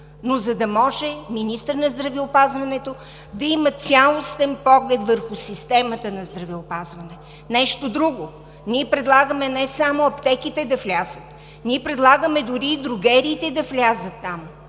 за да може министърът на здравеопазването да има цялостен поглед върху системата на здравеопазването. Нещо друго, ние предлагаме не само аптеките да влязат, ние предлагаме дори и дрогериите, регистрирани